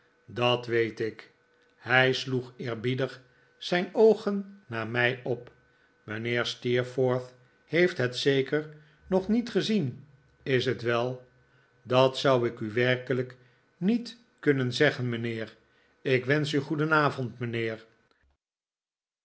dat weet ik hij sloeg eerbiedig zijn oogen naar mij op mijnheer steerforth heeft het zeker nog niet gezien is het wel dat zou ik u werkelijk niet kunnen zeggen mijnheer ik wensch u goedenayond mijnheer